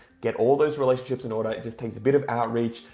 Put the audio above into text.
get all those relationships in order. it just takes a bit of outreach,